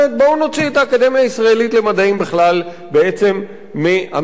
את האקדמיה הישראלית למדעים בכלל מהמשחק הזה.